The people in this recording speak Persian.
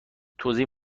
توزیع